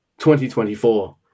2024